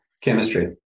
chemistry